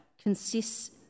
consists